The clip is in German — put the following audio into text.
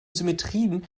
symmetrien